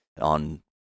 on